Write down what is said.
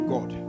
God